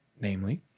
namely